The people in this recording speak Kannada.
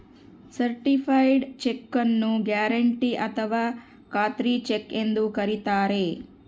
ಸರ್ಟಿಫೈಡ್ ಚೆಕ್ಕು ನ್ನು ಗ್ಯಾರೆಂಟಿ ಅಥಾವ ಖಾತ್ರಿ ಚೆಕ್ ಎಂದು ಕರಿತಾರೆ